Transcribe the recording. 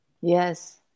Yes